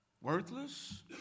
worthless